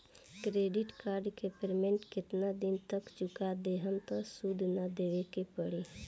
Credit card के payment केतना दिन तक चुका देहम त सूद ना देवे के पड़ी?